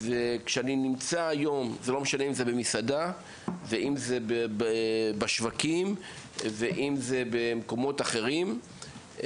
כשאני נמצא במסעדה או בשווקים או במקומות אחרים,